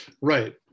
right